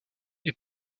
est